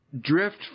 drift